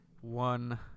one